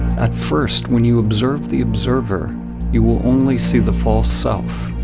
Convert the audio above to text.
at first when you observe the observer you will only see the false self,